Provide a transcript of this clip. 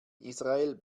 israel